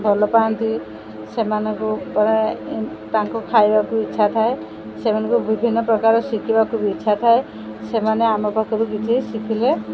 ଭଲ ପାଆନ୍ତି ସେମାନଙ୍କ ତାଙ୍କୁ ଖାଇବାକୁ ଇଚ୍ଛା ଥାଏ ସେମାନଙ୍କୁ ବିଭିନ୍ନ ପ୍ରକାର ଶିଖିବାକୁ ବି ଇଚ୍ଛା ଥାଏ ସେମାନେ ଆମ ପାଖରୁ କିଛି ଶିଖିଲେ